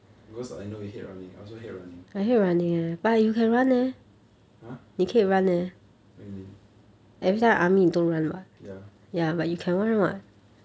because I know you hate running I also hate running !huh! what you mean ya